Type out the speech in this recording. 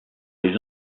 les